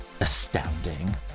astounding